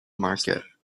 market